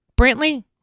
Brantley